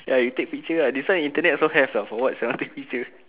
ya you take picture ah this one internet also have ah for what sia take picture